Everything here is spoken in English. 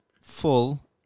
full